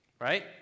right